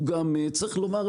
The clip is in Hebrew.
הוא גם צריך לומר,